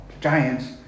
giants